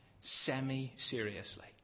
semi-seriously